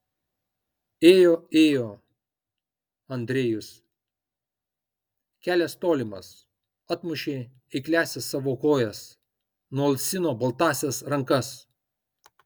ėjo ėjo andrejus kelias tolimas atmušė eikliąsias savo kojas nualsino baltąsias rankas